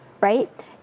right